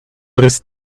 his